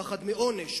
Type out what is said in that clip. הפחד מעונש,